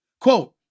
Quote